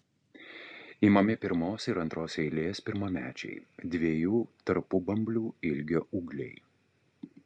imami pirmos ir antros eilės pirmamečiai dviejų tarpubamblių ilgio ūgliai